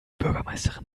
bürgermeisterin